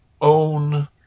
own